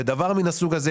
ודבר מן הסוג הזה,